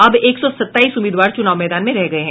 अब एक सौ सताईस उम्मीदवार चूनाव मैदान में रह गये है